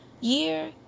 year